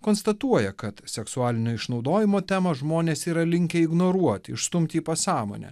konstatuoja kad seksualinio išnaudojimo temą žmonės yra linkę ignoruoti išstumti į pasąmonę